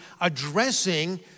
addressing